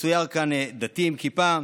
מצויר כאן דתי עם כיפה,